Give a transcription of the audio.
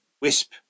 Wisp